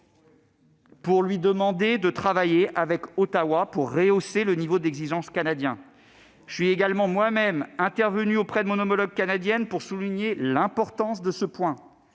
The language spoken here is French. pour lui demander de travailler avec Ottawa à rehausser le niveau d'exigence canadien. Je suis également intervenu en personne auprès de mon homologue canadienne pour souligner l'importance de cette